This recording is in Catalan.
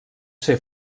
ser